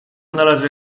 należy